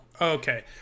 Okay